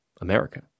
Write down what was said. America